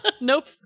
Nope